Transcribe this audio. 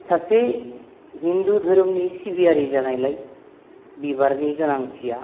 सासे हिन्दु धोरोमनि सिबियारि जानायलाय बिबारनि गोनांथिया